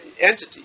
entity